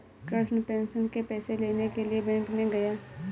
Krishna pension के पैसे लेने के लिए बैंक में गया